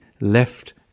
left